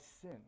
sin